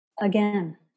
again